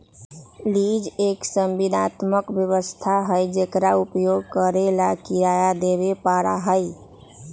lease एक संविदात्मक व्यवस्था हई जेकरा उपयोग करे ला किराया देवे पड़ा हई